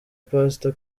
pastor